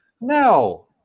No